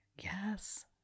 Yes